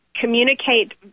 communicate